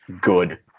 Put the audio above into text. good